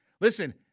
Listen